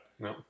No